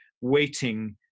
waiting